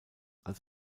als